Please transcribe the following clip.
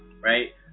right